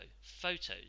photos